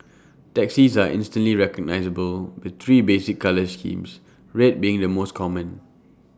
taxis are instantly recognisable with three basic colour schemes red being the most common